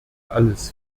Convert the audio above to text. alles